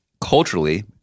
culturally